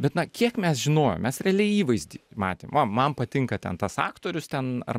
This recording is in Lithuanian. bet na kiek mes žinojom mes realiai įvaizdį matėm va man patinka ten tas aktorius ten ar